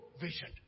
vision